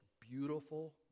beautiful